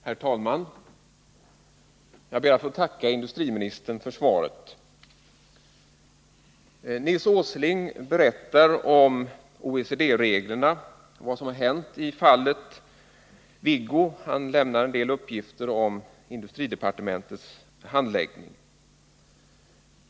Herr talman! Jag ber att få tacka industriministern för svaret. Nils Åsling talar om OECD:s regler och om vad som har hänt när det gäller Viggo AB. Han lämnar en del uppgifter om industridepartementets handläggning.